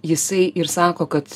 jisai ir sako kad